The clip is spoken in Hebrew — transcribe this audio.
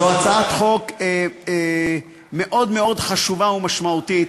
זו הצעת חוק מאוד מאוד חשובה ומשמעותית,